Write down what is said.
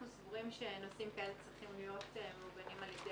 אנחנו סבורים שנושאים כאלה צריכים להיות מעוגנים על ידי